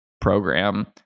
program